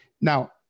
now